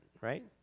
Right